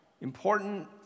important